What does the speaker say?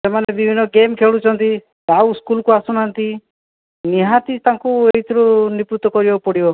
ସେମାନେ ବିଭିନ୍ନ ଗେମ୍ ଖେଳୁଛନ୍ତି ଆଉ ସ୍କୁଲ୍କୁ ଆସୁନାହାନ୍ତି ନିହାତି ତାଙ୍କୁ ଏଇଥିରୁ ନିବୃତ କରିବାକୁ ପଡ଼ିବ